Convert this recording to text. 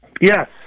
Yes